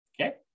Okay